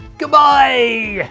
goodbye.